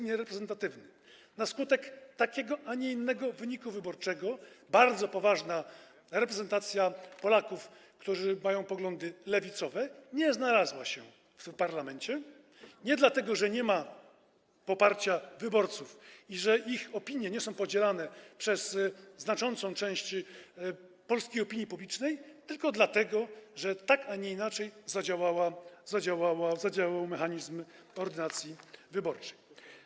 Na skutek takiego, a nie innego wyniku wyborczego bardzo poważna reprezentacja Polaków, którzy mają poglądy lewicowe, nie znalazła się w tym parlamencie, nie dlatego, że nie ma poparcia wyborców i że ich opinie nie są podzielane przez znaczącą część polskiej opinii publicznej, tylko dlatego, że tak, a nie inaczej zadziałał mechanizm ordynacji wyborczej.